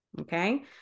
okay